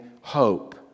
hope